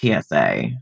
TSA